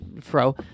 Fro